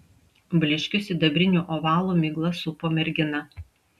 blyškiu sidabriniu ovalu migla supo merginą